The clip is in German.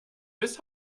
bis